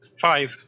Five